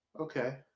Okay